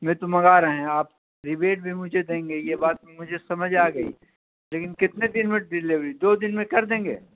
میں تو منگا رہے ہیں آپ رپیٹ بھی مجھے دیں گے یہ بات مجھے سمجھ آ گئی لیکن کتنے دن میں ڈلیوری دو دن میں کر دیں گے